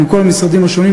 מכל המשרדים השונים,